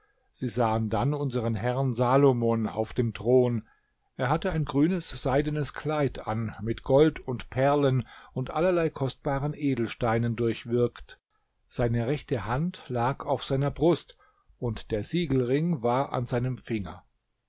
sie sahen dann unseren herrn salomon auf dem thron er hatte ein grünes seidenes kleid an mit gold und perlen und allerlei kostbaren edelsteinen durchwirkt seine rechte hand lag auf seiner brust und der siegelring war an seinem finger